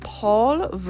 Paul